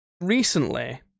Recently